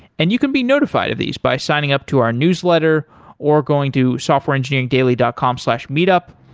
and you can be notified of these by signing up to our newsletter or going to softwareengineeringdaily dot com slash meetup.